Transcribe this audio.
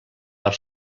per